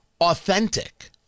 authentic